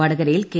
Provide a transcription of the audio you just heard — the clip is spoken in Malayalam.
വടകരയിൽ കെ